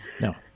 No